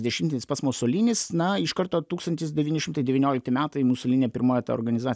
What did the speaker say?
dešimtmetis pats musolinis na iš karto tūkstantis devyni šimtai devyniolikti metai musolinio pirmoji organizacija